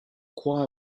choir